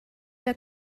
der